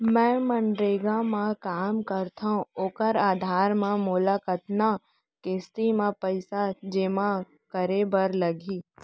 मैं मनरेगा म काम करथो, ओखर आधार म मोला कतना किस्ती म पइसा जेमा करे बर लागही?